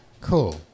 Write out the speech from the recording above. cool